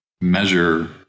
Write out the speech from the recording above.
measure